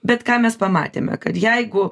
bet ką mes pamatėme kad jeigu